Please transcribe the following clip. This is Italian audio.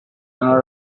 hanno